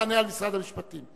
תענה על משרד המשפטים.